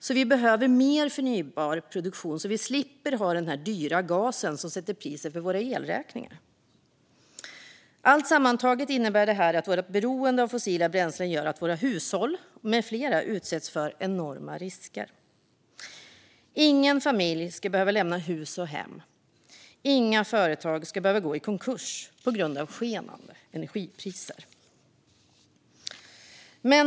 Det behövs mer förnybar produktion för att vi ska slippa ha denna dyra gas som sätter priset på våra elräkningar. Allt sammantaget innebär detta att vårt beroende av fossila bränslen gör att bland annat hushåll utsätts för enorma risker. Ingen familj ska behöva lämna hus och hem och inga företag ska behöva gå i konkurs på grund av skenande energipriser.